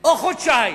או חודשיים.